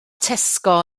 tesco